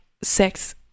sex